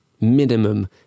minimum